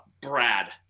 Brad